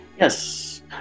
Yes